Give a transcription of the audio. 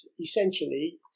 Essentially